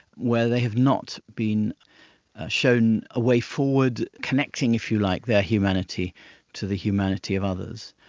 where they have not been shown a way forward, connecting, if you like, their humanity to the humanity of others?